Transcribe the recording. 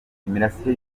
imirasire